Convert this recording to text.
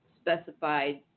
specified